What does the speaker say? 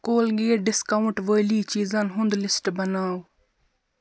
Colgate discount وٲلی چیٖزن ہُنٛد لِسٹ بناو